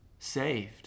saved